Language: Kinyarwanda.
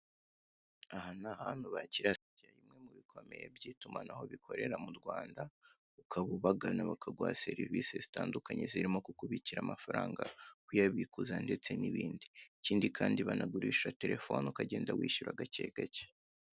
Aha ni ahantu abakiriya sosiyete imwe mubikomeye mubigo by'itumanaho bikorera mu Rwanda ukaba ubagana bakaguha Serivise zitandukanye zirimo kukubikurira amafaranga, kuyabika, ikindi Kandi banagurisha terefone ukagenda wishyura gakegake.